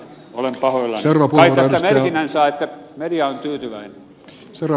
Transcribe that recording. kai tästä merkinnän saa että media on tyytyväinen